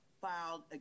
filed